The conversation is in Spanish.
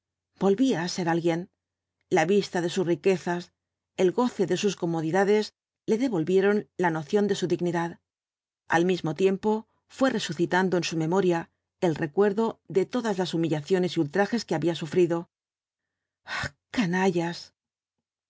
volvía á ser alguien la vista de sus riquezas el goce de sus comodidades le devolvieron la noción de su dignidad al mismo tiempo fué resucitando en su memoria el recuerdo de todas las humillaciones y ultrajes que había sufrido ah canallas